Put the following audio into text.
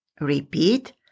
Repeat